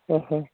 ଓଃ